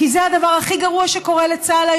כי זה הדבר הכי גרוע שקורה לצה"ל,